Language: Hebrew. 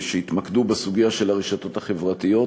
שהתמקדו בסוגיה של הרשתות החברתיות,